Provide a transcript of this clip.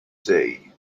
day